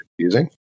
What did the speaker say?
confusing